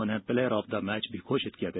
उन्हें player of the match घोषित किया गया